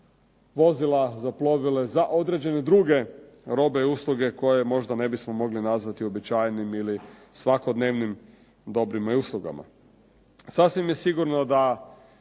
vozila, za plovila, za određene druge robe i usluge koje možda ne bismo mogli nazvati uobičajenim ili svakodnevnim dobrima i uslugama. Sasvim je sigurno da